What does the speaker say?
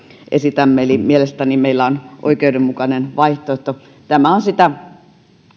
esitämme eli mielestäni meillä on oikeudenmukainen vaihtoehto tämä on sitä